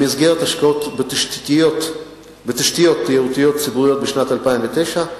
במסגרת השקעות בתשתיות תיירותיות ציבוריות בשנת 2009,